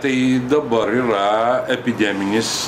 tai dabar yra epideminis